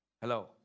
Hello